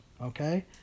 Okay